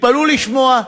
תתפלאו לשמוע.